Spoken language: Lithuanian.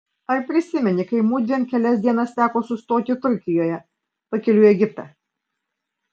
ar prisimeni kai mudviem kelias dienas teko sustoti turkijoje pakeliui į egiptą